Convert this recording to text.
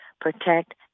protect